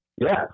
Yes